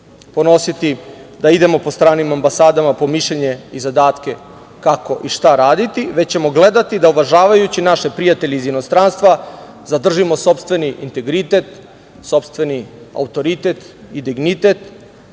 ponositi da idemo po stranim ambasadama po mišljenje i zadatke kako i šta raditi, već ćemo gledati da uvažavajući naše prijatelje iz inostranstva zadržimo sopstveni integritet, sopstveni autoritet i dignitet